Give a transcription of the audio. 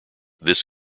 this